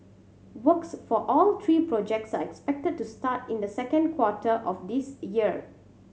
works for all three projects are expected to start in the second quarter of this year